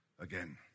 again